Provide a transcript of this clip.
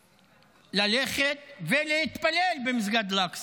לתומכיו ללכת ולהתפלל במסגד אל-אקצא.